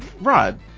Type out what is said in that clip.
Rod